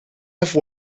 have